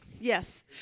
Yes